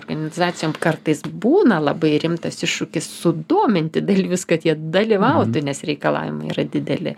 organizacijom kartais būna labai rimtas iššūkis sudominti dalyvius kad jie dalyvautų nes reikalavimai yra dideli